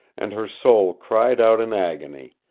and her soul cried out in agony,